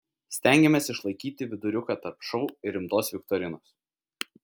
stengėmės išlaikyti viduriuką tarp šou ir rimtos viktorinos